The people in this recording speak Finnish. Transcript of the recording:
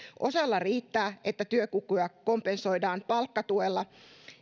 osalla riittää että työkykyä kompensoidaan palkkatuella